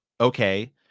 okay